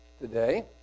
today